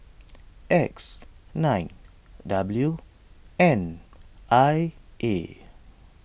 X nine W N I A